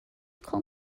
call